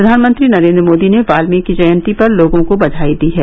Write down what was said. प्रधानमंत्री नरेन्द्र मोदी ने वाल्मीकि जयंती पर लोगों को बघाई दी है